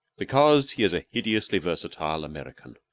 because he is a hideously versatile american,